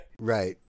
Right